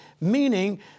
meaning